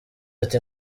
ati